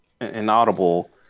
inaudible